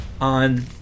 on